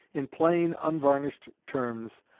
in plain unvarnished terms,